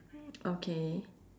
okay